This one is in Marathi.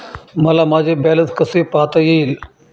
मला माझे बॅलन्स कसे पाहता येईल?